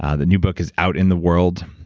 ah the new book is out in the world.